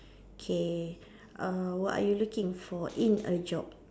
K uh what are you looking for in a job